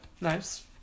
Nice